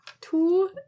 Two